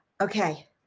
Okay